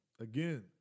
again